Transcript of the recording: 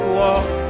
walk